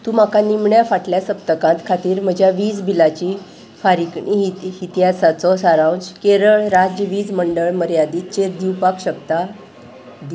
तूं म्हाका निमण्या फाटल्या सप्तकांत खातीर म्हज्या वीज बिलाची फारीकणी इतिहासाचो सारावच केरळ राज्य वीज मंडळ मर्यादी चेर दिवपाक शकता